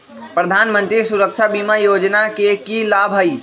प्रधानमंत्री सुरक्षा बीमा योजना के की लाभ हई?